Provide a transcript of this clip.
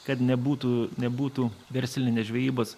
kad nebūtų nebūtų verslinės žvejybos